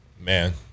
Man